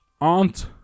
Aunt